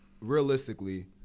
realistically –